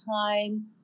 time